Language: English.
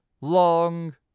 Long